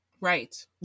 right